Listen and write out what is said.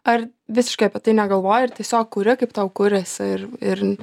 ar visiškai apie tai negalvoji ir tiesiog kuri kaip tau kuriasi ir ir